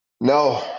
No